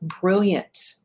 brilliant